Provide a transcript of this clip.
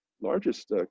largest